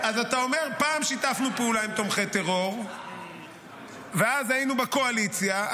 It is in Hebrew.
פעם שיתפנו פעולה עם תומכי טרור ואז היינו בקואליציה,